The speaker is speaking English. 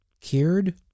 cured